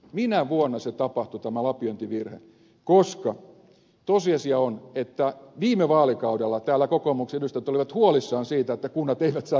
minä vuonna tapahtui tämä lapiointivirhe koska tosiasia on että viime vaalikaudella täällä kokoomuksen edustajat olivat huolissaan siitä että kunnat eivät saa riittävästi rahaa